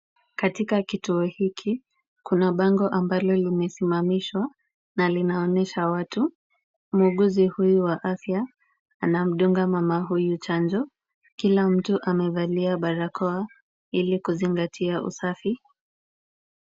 Katika kituo hiki, kuna bango ambalo limesimamishwa na linaonyesha watu. Muuguzi huyu wa afya anamdunga mama huyu chanjo. Kila mtu amevalia barakoa ili kuzingatia usafi.